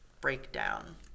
breakdown